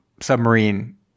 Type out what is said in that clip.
submarine